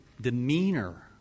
demeanor